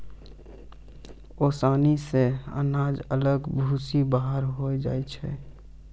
ओसानी से अनाज अलग भूसी बाहर होय जाय छै